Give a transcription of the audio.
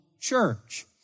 church